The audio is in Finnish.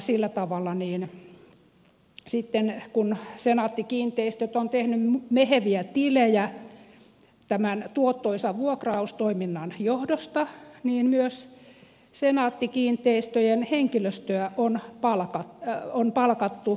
sillä tavalla sitten kun senaatti kiinteistöt on tehnyt meheviä tilejä tämän tuottoisan vuokraustoiminnan johdosta myös senaatti kiinteistöjen henkilöstöä on palkittu hyvillä korvauksilla